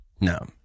No